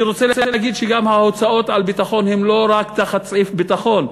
אני רוצה להגיד שגם ההוצאות על ביטחון הן לא רק תחת סעיף ביטחון.